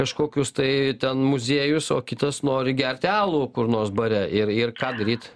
kažkokius tai ten muziejus o kitas nori gerti alų kur nors bare ir ir ką daryt